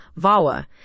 VAWA